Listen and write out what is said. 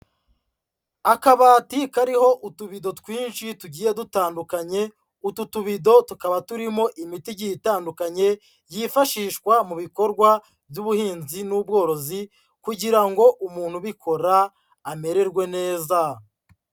Akabati kariho utubido twinshi tugiye dutandukanye, utu tubido tukaba turimo imiti igiye itandukanye, yifashishwa mu bikorwa by'ubuhinzi n'ubworozi, kugira ngo umuntu ubikora amererwe neza.